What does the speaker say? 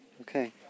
Okay